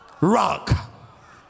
rock